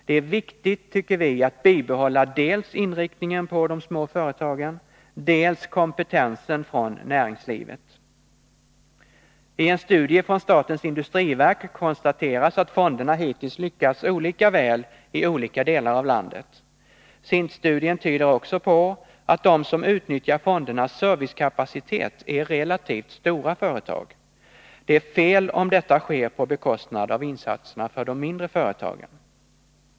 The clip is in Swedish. Det är viktigt, tycker vi, att bibehålla dels inriktningen på de små företagen, dels kompetensen från näringslivet. I en studie från statens industriverk konstateras att fonderna hittills lyckats olika väl i olika delar av landet. SIND-studien tyder också på att de som utnyttjar fondernas servicekapacitet är relativt stora företag. Det är fel om detta sker på bekostnad av insatserna för de mindre företagen.